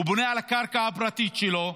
הוא בונה על הקרקע הפרטית שלו.